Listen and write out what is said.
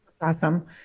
awesome